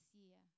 year